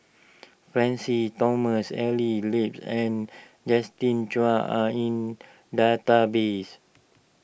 Francis Thomas Evelyn Lip and Justin Zhuang are in the database